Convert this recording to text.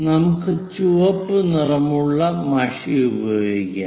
നമുക്ക് ചുവപ്പ് നിറമുള്ള മഷി ഉപയോഗിക്കാം